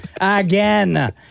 Again